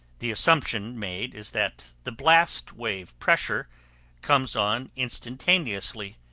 the assumption made is that the blast wave pressure comes on instantaneously,